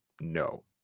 no